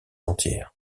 entière